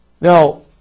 Now